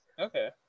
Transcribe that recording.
Okay